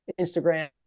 Instagram